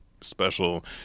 special